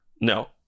No